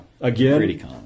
again